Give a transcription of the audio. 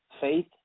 Faith